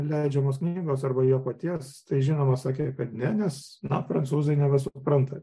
leidžiamos knygos arba jo paties tai žinoma sakė kad ne nes na prancūzai neva supranta